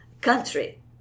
country